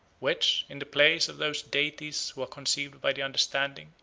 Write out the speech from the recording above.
which, in the place of those deities who are conceived by the understanding,